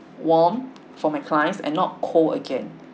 warm for my clients and not cold again